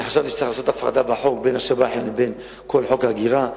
חשבתי שצריך לעשות הפרדה בחוק בין השב"חים לבין כל עניין חוק ההגירה.